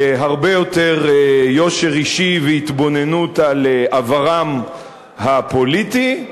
להרבה יותר יושר אישי והתבוננות על עברם הפוליטי.